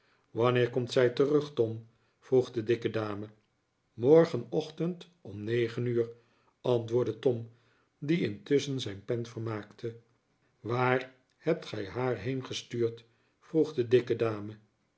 wanneer komt zij terug tom vroeg de dikke dame morgenochtend om negen uur antwoordde tom die intusschen zijn pen vermaakte waar hebt gij haar heen gestuurd vroeg de dikke dame